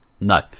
no